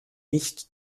nicht